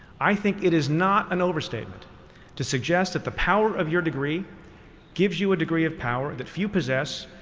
i think it is not an overstatement to suggest that the power of your degree gives you a degree of power that few possess,